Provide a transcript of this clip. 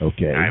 Okay